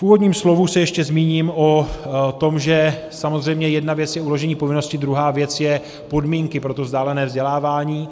V úvodním slovu se ještě zmíním o tom, že samozřejmě jedna věc je uložení povinnosti, druhá věc jsou podmínky pro vzdálené vzdělávání.